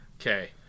Okay